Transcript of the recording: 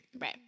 Right